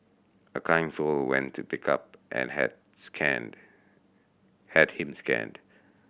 a kind soul went to pick up and had scanned had him scanned